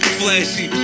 flashy